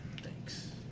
Thanks